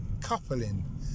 coupling